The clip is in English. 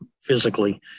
physically